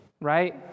right